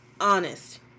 honest